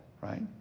right